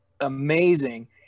amazing